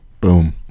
Boom